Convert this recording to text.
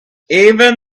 even